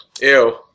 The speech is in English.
ew